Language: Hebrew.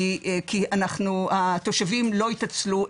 היא כי התושבים לא התעצלו.